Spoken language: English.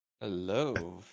hello